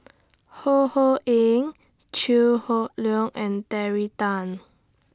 Ho Ho Ying Chew Hock Leong and Terry Tan